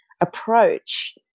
approach